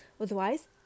Otherwise